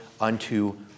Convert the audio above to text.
unto